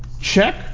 Check